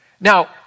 Now